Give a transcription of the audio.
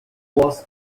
was